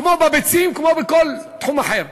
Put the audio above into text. כמו בביצים, כמו בכל תחום אחר.